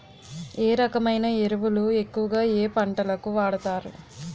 ఏ రకమైన ఎరువులు ఎక్కువుగా ఏ పంటలకు వాడతారు?